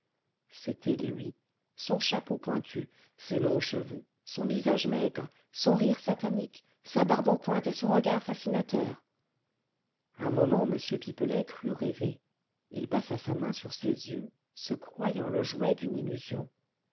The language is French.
c'était lui son chapeau pointu ses longs cheveux son visage maigre son rire satanique sa barbe en pointe et son regard fascinateur un moment m pipelet crut rêver il passa sa main sur ses yeux se croyant le jouet d'une illusion